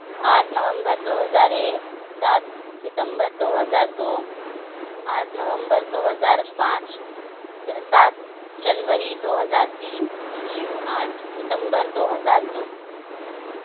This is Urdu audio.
آٹھ نومبر دو ہزار ایک سات ستمبر دو ہزار دو آٹھ نومبر دو ہزار پانچ سے سات جنوری دو ہزار تین آٹھ ستمبر دو ہزار دو